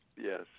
yes